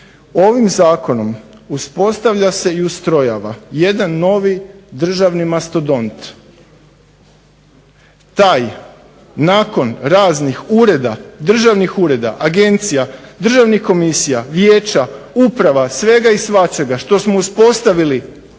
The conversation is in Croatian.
ovim zakonom uspostavlja se i ustrojava jedan novi državni mastodont. Taj nakon raznih ureda, državnih ureda, agencija, državnih komisija, vijeća, uprava, svega i svačega što smo uspostavili